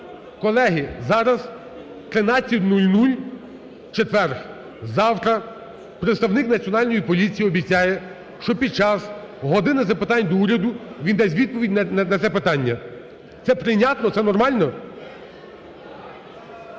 Колеги, зараз 13:00, четвер, завтра представник Національної поліції обіцяє, що під час "години запитань до Уряду" він дасть відповідь на це питання. Це прийнятно, це нормально?